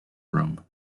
room